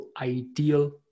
ideal